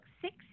six